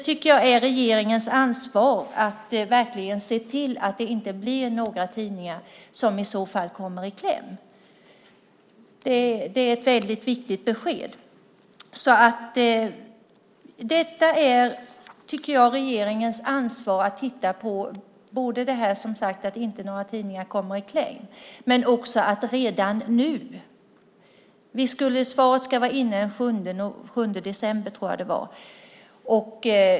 Det är ett väldigt viktigt besked, och jag tycker att det är regeringens ansvar att verkligen se till att inte några tidningar kommer i kläm i så fall. Svaret ska vara inne den 7 december.